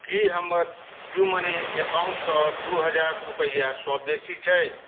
की हमर पेयूमनी अकाउंटसँ दू हजार रूपैआसँ बेसी छै